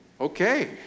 Okay